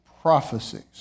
prophecies